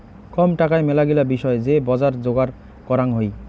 কম টাকায় মেলাগিলা বিষয় যে বজার যোগার করাং হই